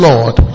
Lord